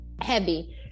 heavy